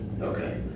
Okay